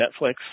Netflix